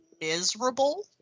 miserable